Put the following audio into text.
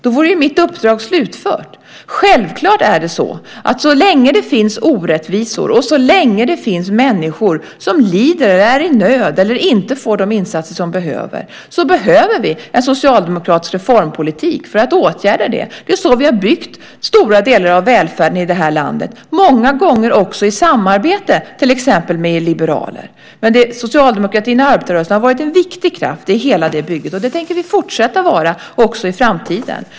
Då vore ju mitt uppdrag slutfört. Självklart är det så: Så länge det finns orättvisor, så länge det finns människor som lider, är i nöd eller inte får de insatser de har behov av, behöver vi en socialdemokratisk reformpolitik för att åtgärda det. Det är så vi har byggt stora delar av välfärden i det här landet, många gånger också i samarbete med exempelvis er liberaler. Socialdemokratin och arbetarrörelsen har varit en viktig kraft i hela det bygget, och det tänker vi fortsätta att vara också i framtiden.